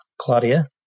Claudia